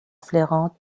flairant